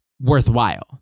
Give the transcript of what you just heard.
worthwhile